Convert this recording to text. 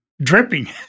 dripping